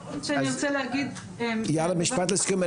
משפט לסיום.